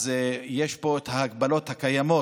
אז יש פה את ההגבלות הקיימות.